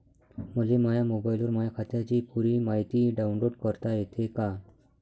मले माह्या मोबाईलवर माह्या खात्याची पुरी मायती डाऊनलोड करता येते का?